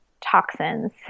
toxins